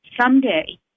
Someday